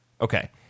Okay